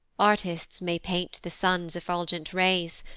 artists may paint the sun's effulgent rays,